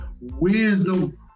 wisdom